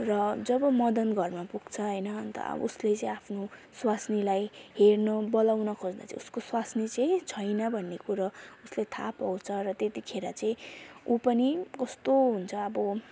र जब मदन घरमा पुग्छ होइन अन्त अब उसले चाहिँ आफ्नो स्वास्नीलाई हेर्नेु बोलाउन खोज्दा चाहिँ उसको स्वास्नी चाहिँ छैन भन्ने कुरो उसले थाह पाउँछ र त्यतिखेर चाहिँ उ पनि कस्तो हुन्छ अब